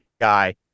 guy